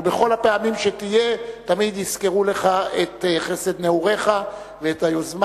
ובכל הפעמים שתהיה תמיד יזכרו לך את חסד נעוריך ואת היוזמה